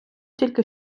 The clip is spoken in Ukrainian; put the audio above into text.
тільки